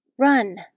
Run